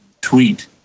tweet